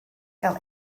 gael